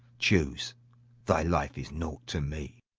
choose thy life is nought to me.